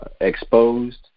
exposed